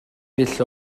dull